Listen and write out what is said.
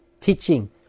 teaching